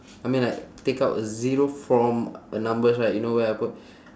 I mean like take out zero from a numbers right you know where I put